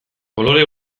kolore